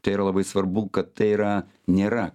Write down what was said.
tai yra labai svarbu kad tai yra nėra